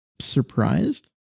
surprised